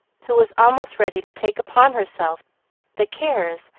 who was almost ready to take upon herself the cares,